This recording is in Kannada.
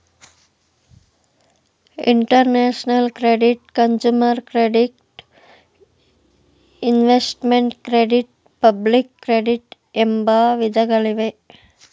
international credit, consumer credit, investment credit public credit ಎಂಬ ವಿಧಗಳಿವೆ